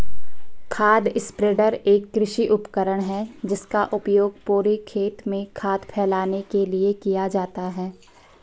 खाद स्प्रेडर एक कृषि उपकरण है जिसका उपयोग पूरे खेत में खाद फैलाने के लिए किया जाता है